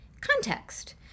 context